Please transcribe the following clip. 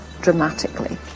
dramatically